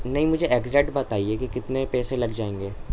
نہیں مجھے ایگزٹ بتائیے کہ کتنے پیسے لگ جائیں گے